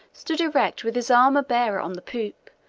stood erect with his armor-bearer on the poop,